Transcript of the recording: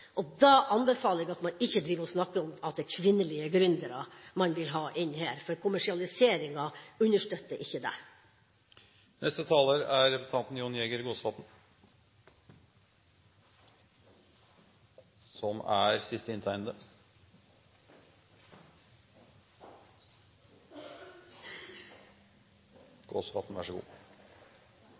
imot. Da anbefaler jeg at man ikke driver og snakker om at det er kvinnelige gründere man vil ha inn her, for kommersialiseringa understøtter ikke det. I